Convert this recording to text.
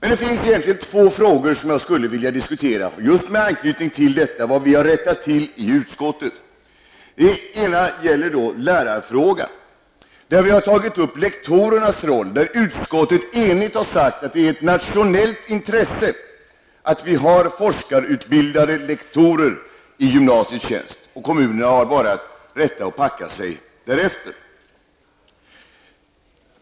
Det finns ytterligare två frågor som jag skulle vilja diskutera just med anknytning till vad vi har rättat till i utskottet. Den ena gäller lärarfrågan, där vi har tagit upp lektorernas roll. Utskottet har enigt sagt att det är av nationellt intresse att vi har forskarutbildade lektorer i gymnasietjänster. Kommunerna har bara att rätta sig därefter.